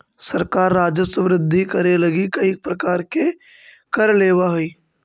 सरकार राजस्व वृद्धि करे लगी कईक प्रकार के कर लेवऽ हई